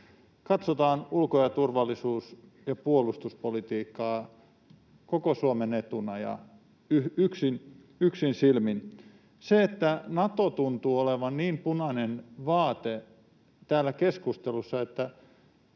katsotaan ulko-, turvallisuus- ja puolustuspolitiikkaa koko Suomen etuna ja yksin silmin, niin Nato tuntuu olevan niin punainen vaate täällä keskustelussa, että